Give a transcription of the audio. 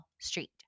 Street